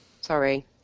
Sorry